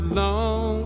long